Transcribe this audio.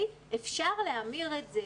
אפשר להמיר את זה